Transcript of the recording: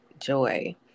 joy